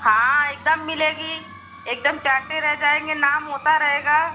हाँ एकदम मिलेगी एकदम चाटते रहे जाएँगे नाम होता रहेगा